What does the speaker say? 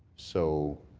so